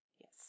Yes